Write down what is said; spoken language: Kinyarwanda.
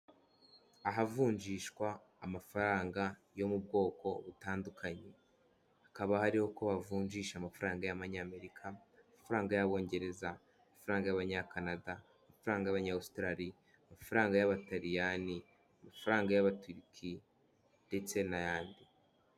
Ahavunjishwa amafaranga yo mu bwoko butandukanye, hakaba hari uko bavunjisha amafaranga y'Amanyamerika, amafaranga y'Abongereza, amafaranga y'Abanyacanada amafaranga yabanya Ositarali, amafaranga y'Abataliyani, amafaranga y'Abaturiki ndetse n'ayandi.